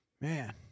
Man